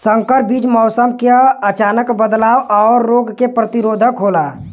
संकर बीज मौसम क अचानक बदलाव और रोग के प्रतिरोधक होला